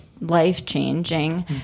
life-changing